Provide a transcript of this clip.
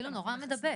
אבל זה נורא מדבק,